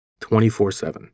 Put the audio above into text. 24-7